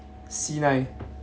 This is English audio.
c nine